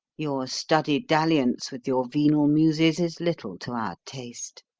your studied dalliance with your venal muses is little to our taste.